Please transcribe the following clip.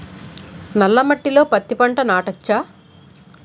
నల్ల మట్టిలో పత్తి పంట నాటచ్చా?